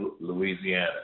Louisiana